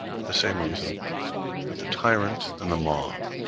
the the same reason that the tyrant and the mob,